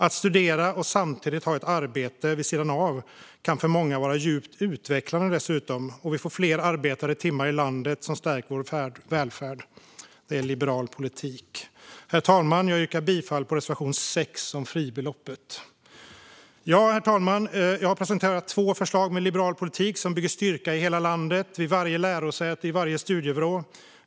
Att studera och samtidigt ha ett arbete vid sidan av kan för många vara djupt utvecklande, och dessutom får vi fler arbetade timmar i landet som stärker vår välfärd. Det är liberal politik. Herr talman! Jag yrkar bifall till reservation 6 om fribeloppet. Jag har presenterat två förslag med liberal politik som bygger styrka i hela landet, i varje lärosäte och i varje studievrå.